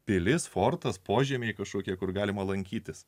pilis fortas požemiai šukė kur galima lankytis